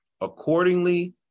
accordingly